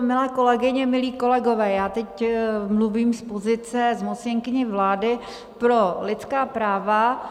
Milé kolegyně, milí kolegové, já teď mluvím z pozice zmocněnkyně vlády pro lidská práva.